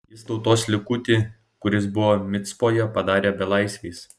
jis tautos likutį kuris buvo micpoje padarė belaisviais